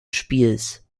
spiels